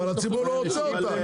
אבל הציבור לא רוצה אותה.